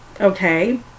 okay